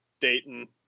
Dayton